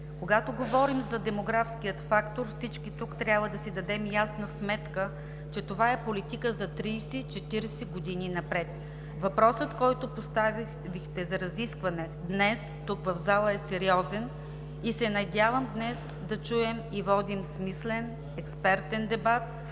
Когато говорим за демографския фактор, всички тук трябва да си дадем ясна сметка, че това е политика за 30 – 40 години напред. Въпросът, който поставихте за разискване тук, в залата, е сериозен и се надявам днес да чуем и водим смислен, експертен дебат,